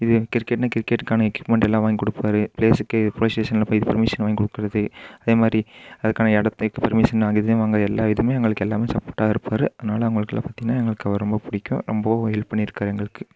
இது கிரிக்கெட்னா கிரிக்கெட்டுக்கான எக்யூப்மெண்ட் எல்லாம் வாங்கி கொடுப்பாரு பிளேஸுக்கே போலீஸ் ஸ்டேஷனில் போய் இது பர்மிஷன் வாங்கி கொடுக்கறது அதே மாதிரி அதுக்கான இடத்தை பர்மிஷன் எல்லா இதுமே எங்களுக்கு எல்லாமே சப்போர்ட்டாக இருப்பார் அதனால் அவங்களுக்கெலாம் பார்த்தீங்கன்னா எங்களுக்கு அவர் ரொம்ப பிடிக்கும் ரொம்பவும் ஹெல்ப் பண்ணியிருக்காரு எங்களுக்கு